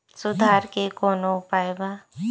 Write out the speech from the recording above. सुधार के कौनोउपाय वा?